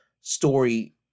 story